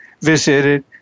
visited